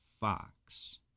fox